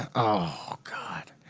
oh god.